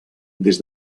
des